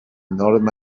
north